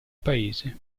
paese